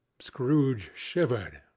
scrooge shivered,